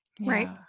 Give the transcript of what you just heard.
Right